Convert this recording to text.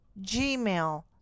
gmail